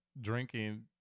drinking